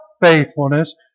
faithfulness